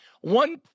One